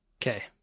Okay